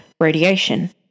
radiation